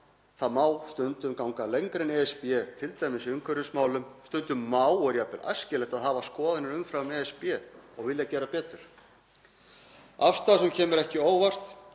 á má stundum ganga lengra en ESB, t.d. í umhverfismálum. Stundum má og er jafnvel æskilegt að hafa skoðanir umfram ESB og vilja gera betur. Afstaða sem kemur ekki á óvart,